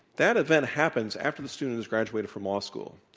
that event happens after the student has graduated from law school.